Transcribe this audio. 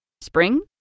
Spring